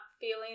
feeling